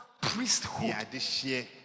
priesthood